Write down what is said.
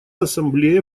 ассамблея